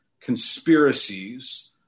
conspiracies